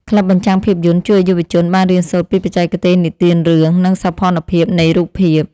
ក្លឹបបញ្ចាំងភាពយន្តជួយឱ្យយុវជនបានរៀនសូត្រពីបច្ចេកទេសនិទានរឿង និងសោភ័ណភាពនៃរូបភាព។